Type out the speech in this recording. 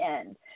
end